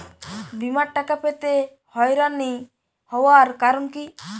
বিমার টাকা পেতে হয়রানি হওয়ার কারণ কি?